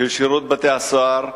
של שירות בתי-הסוהר,